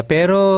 Pero